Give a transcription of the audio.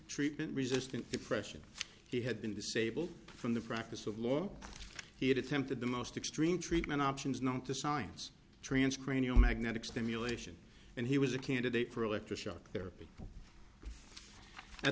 treatment resistant depression he had been disabled from the practice of law he had attempted the most extreme treatment options known to science transcranial magnetic stimulation and he was a candidate for electroshock therapy at